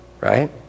Right